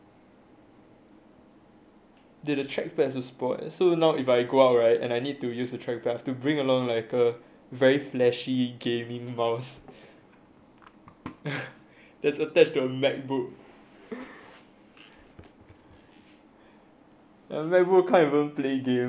dude the track pad also spoil so now if I go out [right] and I need to use the track pad I have to bring along like a very flashy gaming mouse that's attached to a macbook ya macbook can't even play games